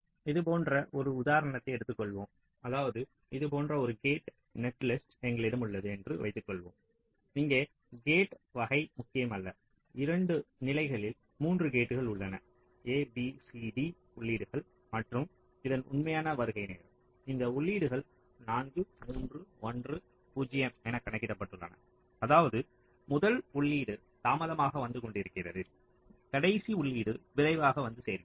இது போன்ற ஒரு உதாரணத்தை எடுத்துக்கொள்வோம் அதாவது இது போன்ற ஒரு கேட் நெட்லிஸ்ட் எங்களிடம் உள்ளது என்று வைத்துக்கொள்வோம் இங்கே கேட் வகை முக்கியமல்ல 2 நிலைகளில் 3 கேட்கள் உள்ளன a b c d உள்ளீடுகள் மற்றும் இதன் உண்மையான வருகை நேரம் இந்த உள்ளீடுகள் 4 3 1 0 என காட்டப்பட்டுள்ளன அதாவது முதல் உள்ளீடு தாமதமாக வந்து கொண்டிருக்கிறது கடைசி உள்ளீடு விரைவாக வந்து சேர்கிறது